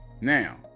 Now